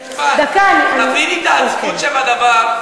משפט: תביני את העצבות שבדבר,